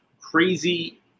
crazy